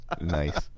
Nice